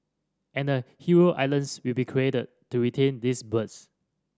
and a heron islands will be created to retain these birds